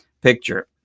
picture